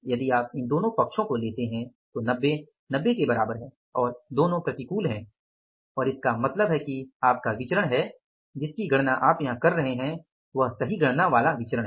यदि आप इन दोनों पक्षों को लेते हैं तो 90 90 के बराबर है दोनों प्रतिकूल हैं और इसका मतलब है कि आपका विचरण है जिसकी गणना आप यहां कर रहे हैं वे सही गणना वाले विचरण हैं